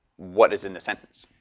what is in the sentence.